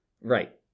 right